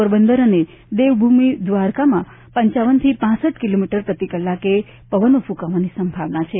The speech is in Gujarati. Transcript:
પોરબંદર અને દીવ ભૂમિદ્વારકામાં પપથી હપ કિલોમીટર પ્રતિકલાકે પવનો ફૂંકાવાની સંભાવના છે